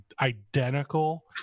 identical